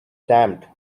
stamped